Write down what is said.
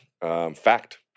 fact